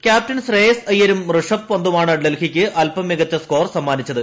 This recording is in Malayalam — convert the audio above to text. ക്യാപ്റ്റൻ ശ്രേയസ്സ് അയ്യരും ഋഷഭ് പന്തുമാണ് ഡൽഹിക്ക് അല്പം മികച്ചു സ്കോർ സമ്മാനിച്ചത്